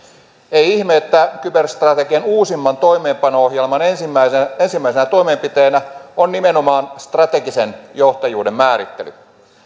ei ihme että kyberstrategian uusimman toimeenpano ohjelman ensimmäisenä ensimmäisenä toimenpiteenä on nimenomaan strategisen johtajuuden määrittely